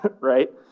Right